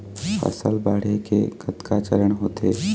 फसल बाढ़े के कतका चरण होथे?